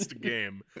game